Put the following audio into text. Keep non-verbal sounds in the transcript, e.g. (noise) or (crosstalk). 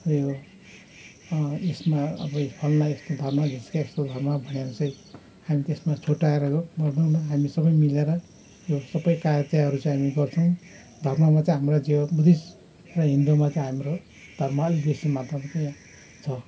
र यो यसमा अब फलना यस्तो धर्म ढिस्का यस्तो धर्म भनेर चाहिँ हामी त्यसमा छुट्टाएर गर्दैनौँ हामी सबै मिलेर यो सबै (unintelligible) चाहिँ हामी गर्छौँ धर्ममा चाहिँ हाम्रो यो बुद्धिस्ट र हिन्दूमा चाहिँ हाम्रो धर्म अलिक बेसी मात्रामा चाहिँ छ